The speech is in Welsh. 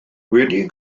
wedi